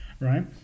right